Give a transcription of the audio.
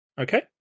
Okay